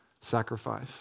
sacrifice